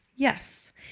Yes